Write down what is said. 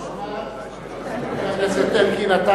חבר הכנסת אלקין,